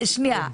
שנייה.